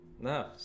no